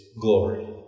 glory